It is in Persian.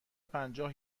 پنجاه